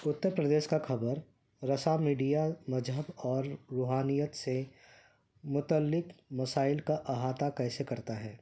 اتر پردیش کا کھبر رسا میڈیا مجہب اور روحانیت سے متعلک مسائل کا احاطہ کیسے کرتا ہے